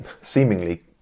seemingly